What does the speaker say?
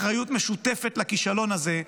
אחריות משותפת לכישלון הזה.